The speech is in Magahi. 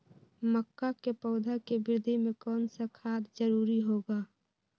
मक्का के पौधा के वृद्धि में कौन सा खाद जरूरी होगा?